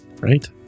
Right